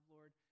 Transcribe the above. Lord